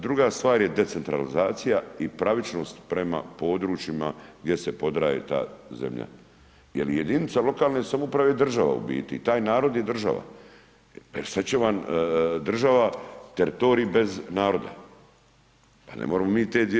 Druga stvar je decentralizacija i pravičnost prema područjima gdje se prodaje ta zemlja, jel jedinica lokalne samouprave je država u biti, taj narod je država, jel šta će vam država, teritorij bez naroda, pa ne moremo mi te 2/